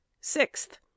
sixth